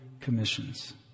commissions